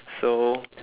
so